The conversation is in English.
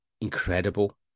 incredible